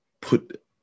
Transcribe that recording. put